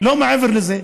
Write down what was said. לא מעבר לזה.